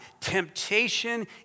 temptation